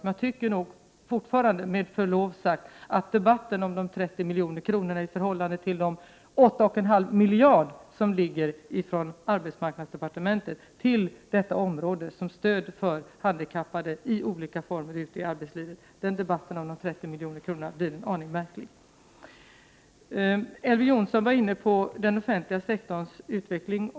Men jag tycker fortfarande, med förlov sagt, att debatten om de 30 miljonerna i förhållande till de 8,5 miljarder från arbetsmarknadsdepartementet som föreslås gå till stöd i olika former för handikappade ute i arbetslivet blir en aning märklig. Elver Jonsson var inne på den offentliga sektorns utveckling.